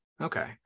Okay